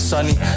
Sunny